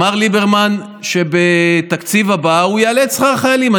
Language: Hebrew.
אמר ליברמן שבתקציב הבא הוא יעלה את שכר החיילים.